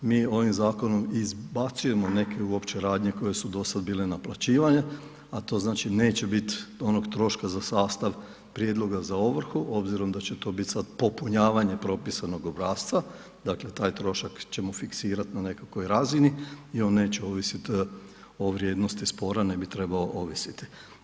Mi ovim zakonom izbacujemo neke uopće radnje koje su do sada bile naplaćivane, a to znači neće biti onog troška za sastav prijedloga za ovrhu, obzirom da će to biti sada popunjavanje propisanog obrasca, dakle taj trošak ćemo fiksirati na nekakvoj razini i on neće ovisiti o vrijednost spora i ne bi trebao ovisiti.